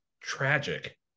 tragic